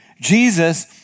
Jesus